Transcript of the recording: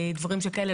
לדברים של כאלה.